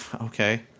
okay